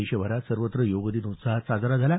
देशभरात सर्वत्र योगदिन उत्साहात साजरा झाला